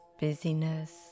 busyness